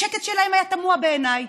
השקט שלהם היה תמוה בעיניי.